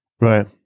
Right